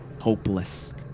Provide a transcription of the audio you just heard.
hopeless